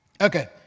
Okay